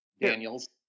Daniels